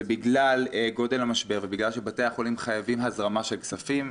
ובגלל גודל המשבר ובגלל שבתי החולים חייבים הזרמה של כספים,